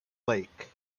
lake